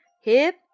Hip